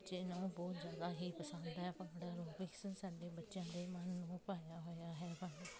ਬੱਚੇ ਨੂੰ ਬਹੁਤ ਜ਼ਿਆਦਾ ਹੀ ਪਸੰਦ ਹੈ ਭੰਗੜਾ ਐਰੋਬਿਕਸ ਸਾਡੇ ਬੱਚਿਆ ਦੇ ਮਨ ਨੂੰ ਭਾਇਆ ਹੋਇਆ ਹੈ ਭੰਗੜਾ